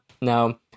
No